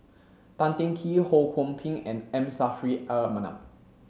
Tan Teng Kee Ho Kwon Ping and M Saffri a Manaf